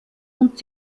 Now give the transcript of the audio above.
und